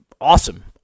Awesome